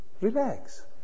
relax